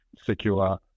secure